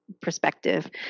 perspective